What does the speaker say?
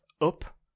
up